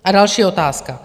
A další otázka.